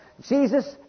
Jesus